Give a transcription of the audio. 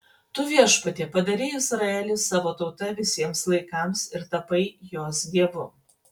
tu viešpatie padarei izraelį savo tauta visiems laikams ir tapai jos dievu